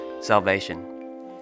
salvation